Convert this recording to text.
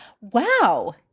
Wow